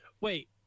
Wait